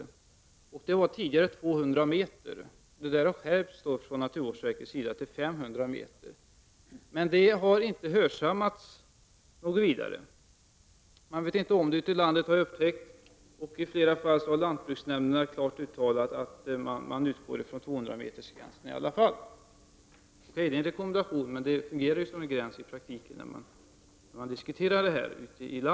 Rekommendationen var tidigare 200 meters avstånd, men naturvårdsverket har skärpt rekommendationen till 500 meter. Men detta har inte hörsammats något vidare. Man känner inte till detta runt om i landet, och i flera fall har lantbruksnämnderna klart uttalat att man i alla fall utgår från en gräns på 200 meter. Det är en rekommendation, men det fungerar i praktiken som en gräns när man ute i landet diskuterar denna fråga.